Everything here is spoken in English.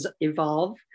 evolve